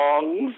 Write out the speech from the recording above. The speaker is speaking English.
songs